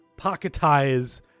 pocketize